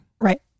right